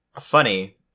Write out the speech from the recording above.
Funny